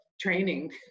training